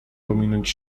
pominąć